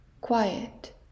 quiet